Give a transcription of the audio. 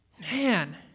man